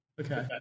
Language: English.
Okay